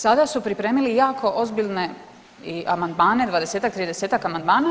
Sada su pripremili jako ozbiljne amandmane, dvadesetak, tridesetak amandmana.